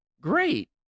great